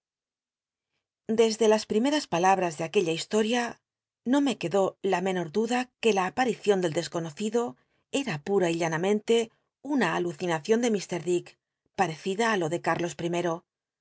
desde las pimems palalwas de aquella histoia no me quedó la menor duda que la aparicion del desconocido era pura y llanamente una alucinacion de ir dick paecida á lo de cárlos